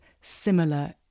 similar